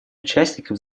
участникам